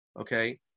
okay